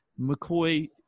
McCoy